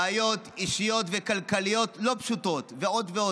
בעיות אישיות וכלכליות לא פשוטות ועוד ועוד.